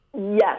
Yes